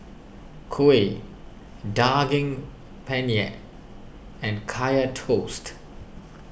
Kuih Daging Penyet and Kaya Toast